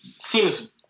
seems